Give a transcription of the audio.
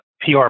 PR